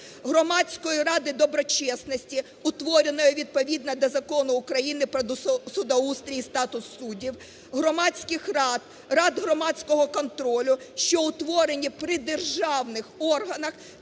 Громадської ради доброчесності, утвореної відповідно до Закону України "Про судоустрій і статус суддів", громадських рад, рад громадського контролю, що утворені при державних органах